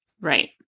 Right